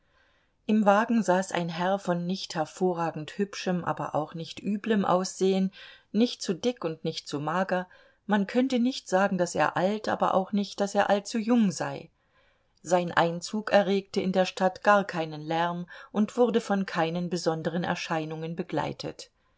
im wagen saß ein herr von nicht hervorragend hübschem aber auch nicht üblem aussehen nicht zu dick und nicht zu mager man könnte nicht sagen daß er alt aber auch nicht daß er allzu jung sei sein einzug erregte in der stadt gar keinen lärm und wurde von keinen besonderen erscheinungen begleitet